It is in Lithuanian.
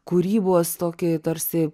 kūrybos tokį tarsi